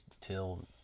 till